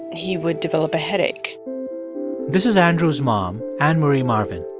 he would develop a headache this is andrew's mom, anne marie marvin.